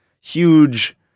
huge